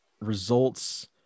results